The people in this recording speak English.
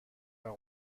are